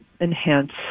enhance